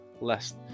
less